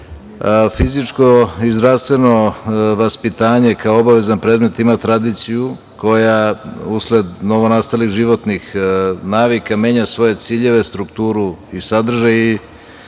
smislu. Fizičko i zdravstveno vaspitanje, kao obavezan predmet ima tradiciju koja usled novonastalih životnih navika menja svoje ciljeve, strukturu i sadržaj